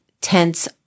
tense